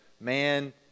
man